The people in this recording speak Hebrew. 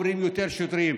אומרים יותר שוטרים.